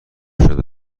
شده